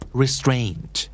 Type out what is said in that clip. restraint